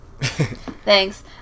Thanks